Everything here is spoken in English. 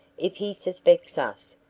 if he suspects us,